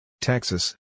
Texas